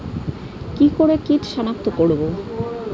কি করে কিট শনাক্ত করব?